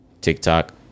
TikTok